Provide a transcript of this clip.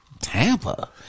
Tampa